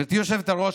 גברתי היושבת-ראש,